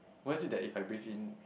what is it that if I breathe in